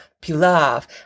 pilaf